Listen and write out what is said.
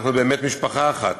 אנחנו באמת משפחה אחת.